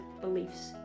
beliefs